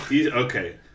Okay